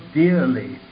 dearly